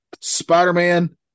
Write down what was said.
Spider-Man